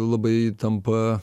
labai tampa